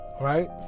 right